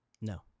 No